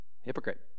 hypocrite